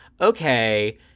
okay